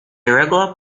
irregular